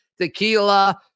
tequila